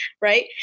right